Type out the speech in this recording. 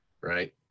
right